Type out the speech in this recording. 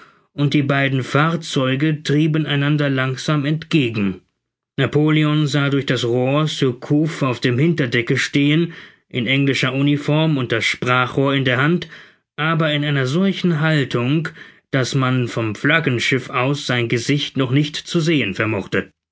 und die beiden fahrzeuge trieben einander langsam entgegen napoleon sah durch das rohr surcouf auf dem hinterdecke stehen in englischer uniform und das sprachrohr in der hand aber in einer solchen haltung daß man vom flaggenschiff aus sein gesicht noch nicht zu sehen vermochte